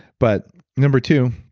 but number two,